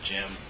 Jim